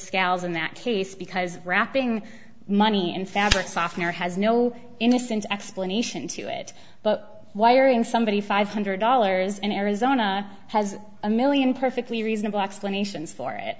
scales in that case because wrapping money and fabric softener has no innocent explanation to it but wiring somebody five hundred dollars in arizona has a million perfectly reasonable explanations for it